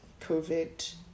COVID